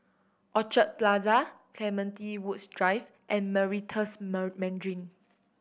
Orchard Plaza Clementi Woods Drive and Meritus Mandarin